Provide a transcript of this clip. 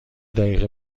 دقیقه